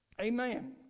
Amen